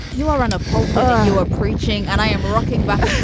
you are on a pulpo you are preaching. and i am rocking back.